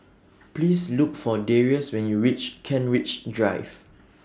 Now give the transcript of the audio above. Please Look For Darrius when YOU REACH Kent Ridge Drive